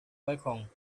balkon